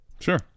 Sure